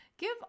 Give